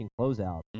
closeout